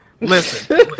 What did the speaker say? Listen